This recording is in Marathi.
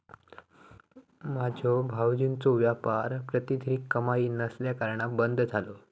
माझ्यो भावजींचो व्यापार प्रतिधरीत कमाई नसल्याकारणान बंद झालो